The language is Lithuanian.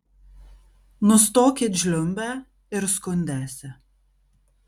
nustokit žliumbę ir skundęsi